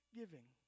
giving